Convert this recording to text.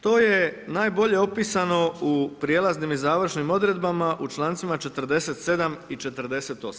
To je najbolje opisano u prijelaznim i završnim odredbama u člancima 47. i 48.